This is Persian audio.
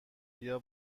بیا